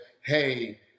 hey